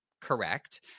Correct